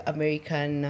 American